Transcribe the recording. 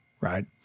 Right